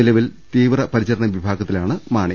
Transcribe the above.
നിലവിൽ തീവ്രപരിചരണ വിഭാഗത്തിലാണ് മാണി